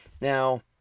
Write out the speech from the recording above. Now